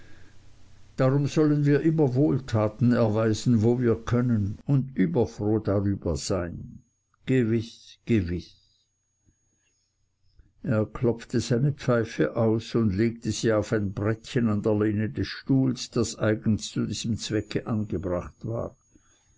darum sollen wir immer wohltaten erweisen wo wir können und überfroh darüber sein gewiß gewiß er klopfte seine pfeife aus und legte sie auf ein brettchen an der lehne des stuhls das eigens zu diesem zwecke angebracht war